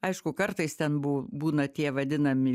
aišku kartais ten bū būna tie vadinami